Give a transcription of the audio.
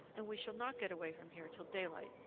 and we shall not get away from here till daylight.